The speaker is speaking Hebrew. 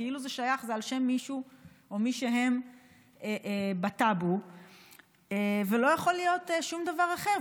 כאילו זה שייך ועל שם מישהו או מישהם בטאבו ולא יכול להיות שום דבר אחר.